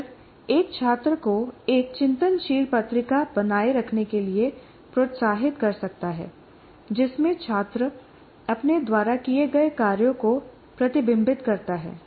शिक्षक एक छात्र को एक चिंतनशील पत्रिका बनाए रखने के लिए प्रोत्साहित कर सकता है जिसमें छात्र अपने द्वारा किए गए कार्यों को प्रतिबिंबित करता है